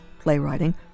playwriting